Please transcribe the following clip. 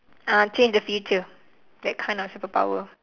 ah change the future that kind of superpower